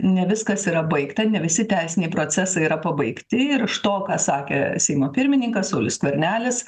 ne viskas yra baigta ne visi teisiniai procesai yra pabaigti ir iš to ką sakė seimo pirmininkas saulius skvernelis